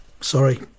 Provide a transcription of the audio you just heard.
Sorry